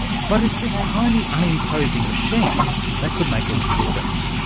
but it's this tiny unimposing machine that could make all the difference.